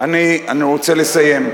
אני רוצה לסיים.